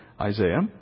Isaiah